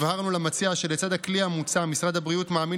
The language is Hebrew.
הבהרנו למציע שלצד הכלי המוצע משרד הבריאות מאמין